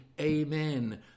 amen